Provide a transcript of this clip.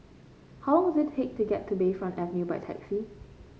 how long does it take to get to Bayfront Avenue by taxi